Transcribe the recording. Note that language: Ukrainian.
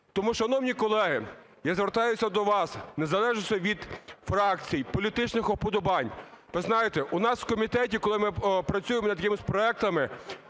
Тому, шановні колеги, я звертаюся до вас, в незалежності від фракцій, політичних уподобань. Ви знаєте, у нас в комітеті, коли ми працюємо над якимись проектами,